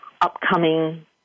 upcoming